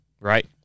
Right